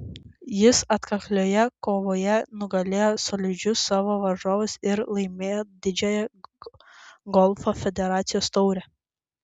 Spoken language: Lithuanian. jis atkaklioje kovoje nugalėjo solidžius savo varžovus ir laimėjo didžiąją golfo federacijos taurę